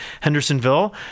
Hendersonville